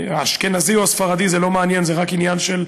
האשכנזי או הספרדי, זה לא מעניין, זה רק עניין של,